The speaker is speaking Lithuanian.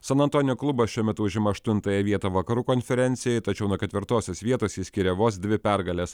san antonijo klubas šiuo metu užima aštuntąją vietą vakarų konferencijoj tačiau nuo ketvirtosios vietos jį skiria vos dvi pergalės